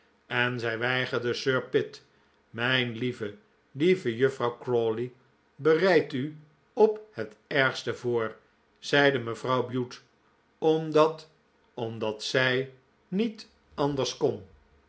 en zij weigerde sir pitt mijn lieve lieve juffrouw crawley bereid u op het ergste voor zeide mevrouw bute omdat omdat zij niet anders kon